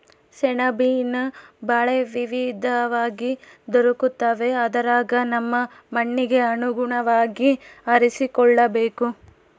ಸೆಣಬಿನ ಬೆಳೆ ವಿವಿಧವಾಗಿ ದೊರಕುತ್ತವೆ ಅದರಗ ನಮ್ಮ ಮಣ್ಣಿಗೆ ಅನುಗುಣವಾಗಿ ಆರಿಸಿಕೊಳ್ಳಬೇಕು